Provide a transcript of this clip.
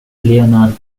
leonard